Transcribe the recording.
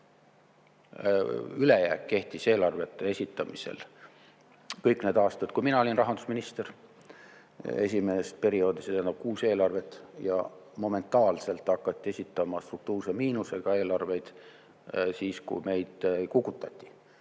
ülejääk kehtis eelarvete esitamisel kõik need aastad, kui mina olin rahandusminister, esimesel perioodil kuus eelarvet. Ja momentaanselt hakati esitama struktuurse miinusega eelarveid siis, kui meid oli kukutatud.